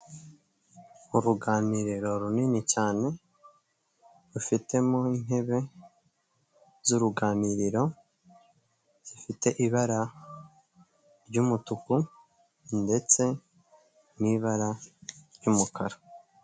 Uruganiro runini cyane, rufitemo intebe z'uruganiriro zifite ibara ry'umutuku ndetse n'ibara ry'umukara.